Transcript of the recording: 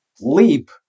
leap